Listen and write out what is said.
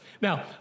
Now